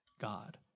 God